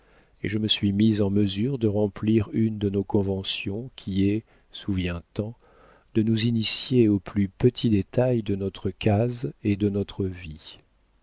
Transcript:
et je me suis mise en mesure de remplir une de nos conventions qui est souviens ten de nous initier aux plus petits détails de notre case et de notre vie